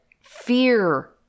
fear